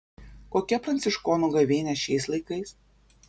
kokia pranciškonų gavėnia šiais laikais